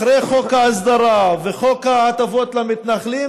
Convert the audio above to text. אחרי חוק ההסדרה וחוק ההטבות למתנחלים,